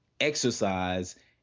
exercise